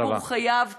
סיפור חייו קשה,